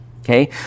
okay